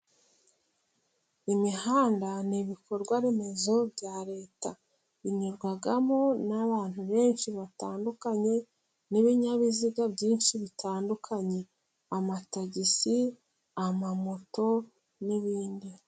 Imihanda ni ibikorwaremezo bya leta. Inyurwamo n'abantu benshi batandukanye, n'ibinyabiziga byinshi bitandukanye: amatagisi, amamoto n'ibindi.